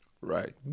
Right